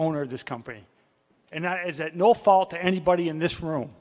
owner of this company and that is that no fault to anybody in this room